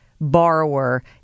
borrower